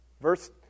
verse